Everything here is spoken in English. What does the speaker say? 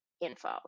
info